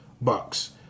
bucks